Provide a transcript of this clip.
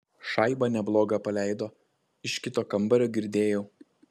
šaibą neblogą paleido iš kito kambario girdėjau